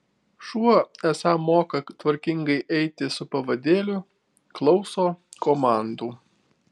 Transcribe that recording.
šuo esą moka tvarkingai eiti su pavadėliu klauso komandų